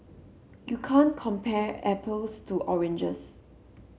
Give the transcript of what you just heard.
you can't compare apples to oranges